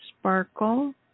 Sparkle